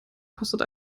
kostet